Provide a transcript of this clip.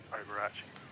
overarching